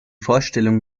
vorstellung